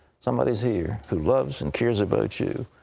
somebody is here who loves and cares about you.